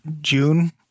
June